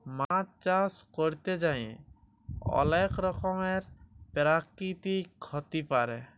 মাছ চাষ ক্যরতে যাঁয়ে অলেক রকমের পেরাকিতিক ক্ষতি পারে